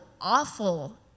awful